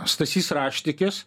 stasys raštikis